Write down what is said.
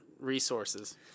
resources